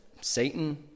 Satan